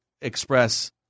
express